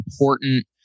important